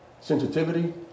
sensitivity